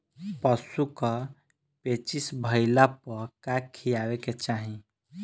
पशु क पेचिश भईला पर का खियावे के चाहीं?